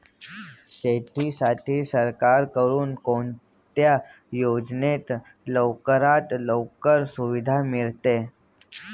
शेतीसाठी सरकारकडून कोणत्या योजनेत लवकरात लवकर सुविधा मिळते?